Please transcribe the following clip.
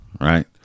right